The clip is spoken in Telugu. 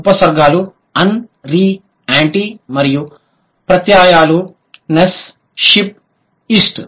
ఉపసర్గలు అన్ రీ యాంటీ మరియు ప్రత్యయాలు నెస్ షిప్ మరియు ఇస్ట్